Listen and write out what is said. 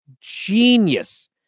genius